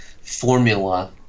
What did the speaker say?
formula